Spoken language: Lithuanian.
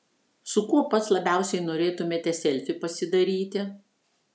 su kuo pats labiausiai norėtumėte selfį pasidaryti